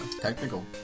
Technical